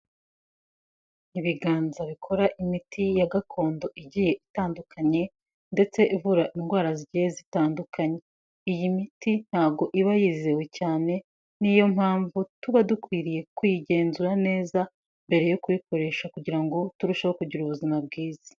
Ibiganza bikora imiti ya gakondo igiye itandukanye ndetse ivura indwara zigiye zitandukanye, iyi miti ntago iba yizewe cyane, niyo mpamvu tuba dukwiriye kuyigenzura neza, mbere yo kuyikoresha kugira ngo turusheho kugira ubuzima bwiza.